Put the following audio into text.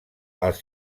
als